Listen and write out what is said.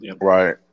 right